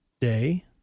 Day